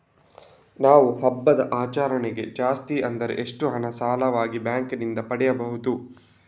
ನಾವು ಹಬ್ಬದ ಆಚರಣೆಗೆ ಜಾಸ್ತಿ ಅಂದ್ರೆ ಎಷ್ಟು ಹಣ ಸಾಲವಾಗಿ ಬ್ಯಾಂಕ್ ನಿಂದ ಪಡೆಯಬಹುದು?